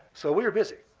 so we were busy.